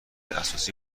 اساسی